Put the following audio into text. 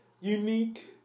unique